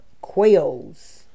quails